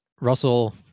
Russell